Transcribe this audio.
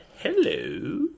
hello